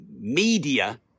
media